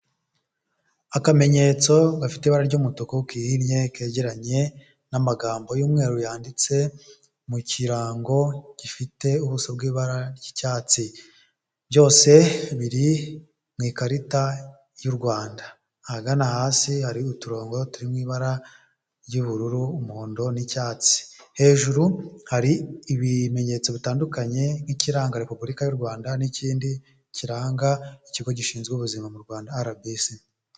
Akamenyetso gafite ibara ry'umutuku kihinnye kegeranye n'amagambo y'umweru yanditse mu kirango gifite ubuso bw'ibara ry'icyatsi byose biri mu ikarita y'u Rwanda, ahagana hasi hari uturongo turi mu ibara ry'ubururu, umuhondo n'icyatsi, hejuru hari ibimenyetso bitandukanye nk'ikiranga repubulika y'u Rwanda n'ikindi kiranga ikigo gishinzwe ubuzima mu Rwanda arabisi.